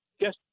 Yes